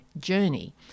journey